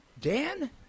Dan